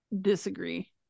disagree